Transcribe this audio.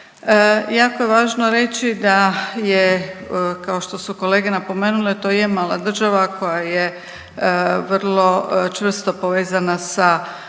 Jako je važno reći da je kao što su kolege napomenule, to je mala država koja je vrlo čvrsto povezana sa